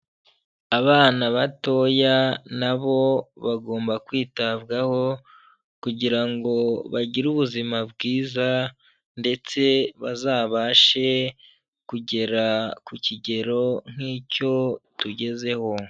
Abana batoya na bo bagomba kwitabwaho kugira ngo bagire ubuzima bwiza, ndetse bazabashe kugera ku kigero nk'icyo tugezeho.